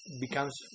becomes